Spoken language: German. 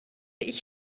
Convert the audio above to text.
ich